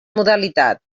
modalitat